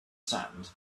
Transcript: sand